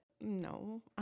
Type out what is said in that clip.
No